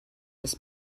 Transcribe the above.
his